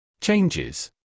Changes